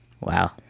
Wow